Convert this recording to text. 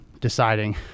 deciding